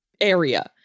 area